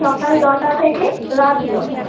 সকাল নটা থেকে রাত নটা